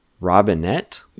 Robinette